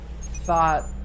thought